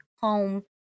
home